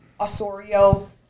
Osorio